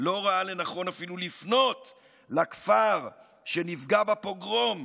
לא ראה לנכון אפילו לפנות לכפר שנפגע בפוגרום,